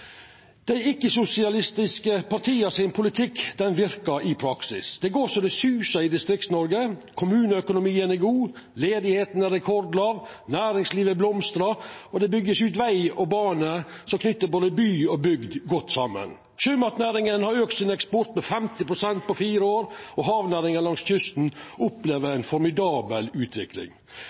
dei ikkje-sosialistiske partia verkar i praksis. Det går så det susar i Distrikts-Noreg, kommuneøkonomien er god, arbeidsløysa er rekordlåg, næringslivet blomstrar, og det vert bygd ut veg og bane som knyter by og bygd godt saman. Sjømatnæringa har auka eksporten med 50 pst. på fire år, og havnæringa langs kysten opplever ei formidabel utvikling.